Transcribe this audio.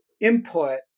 input